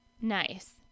nice